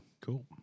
Cool